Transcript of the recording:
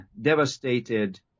devastated